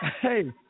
Hey